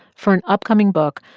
for an upcoming book,